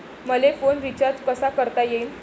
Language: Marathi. मले फोन रिचार्ज कसा करता येईन?